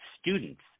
students